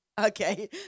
Okay